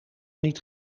niet